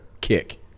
kick